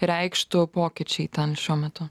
reikštų pokyčiai ten šiuo metu